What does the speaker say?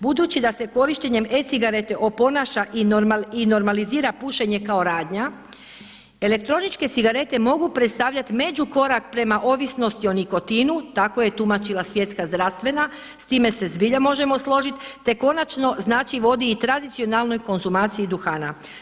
Budući da se korištenjem e-cigarete oponaša i normalizira pušenje kao radnja elektroničke cigarete mogu predstavljanje međukorak prema ovisnosti o nikotinu, tako je tumačila Svjetska zdravstvena, s time se zbilja možemo složiti, te konačno znači vodi i tradicionalnoj konzumaciji duhana.